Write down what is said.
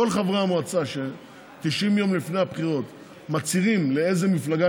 כל חברי המועצה ש-90 יום לפני הבחירות מצהירים לאיזו מפלגה